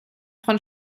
von